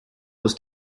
was